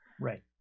Right